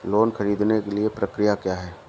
Loan ख़रीदने के लिए प्रक्रिया क्या है?